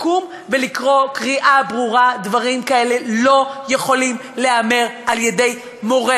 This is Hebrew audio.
לקום ולקרוא קריאה ברורה: דברים כאלה לא יכולים להיאמר על-ידי מורה,